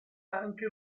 anche